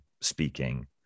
speaking